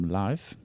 live